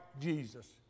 Jesus